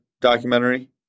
documentary